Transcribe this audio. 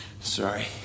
Sorry